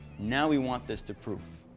now we want this to proof.